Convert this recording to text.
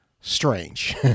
strange